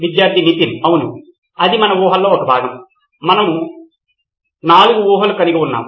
విద్యార్థి నితిన్ అవును అది మన ఊహల్లో ఒక భాగం మనకు నాలుగు ఊహలు ఉన్నాయి